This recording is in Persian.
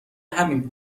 همین